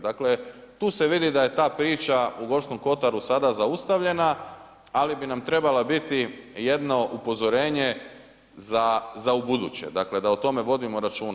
Dakle tu se vidi da je ta priča u Gorskom kotaru sada zaustavljena ali bi nam trebala biti jedno upozorenje za ubuduće, dakle da o tome vodimo računa.